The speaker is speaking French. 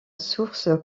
source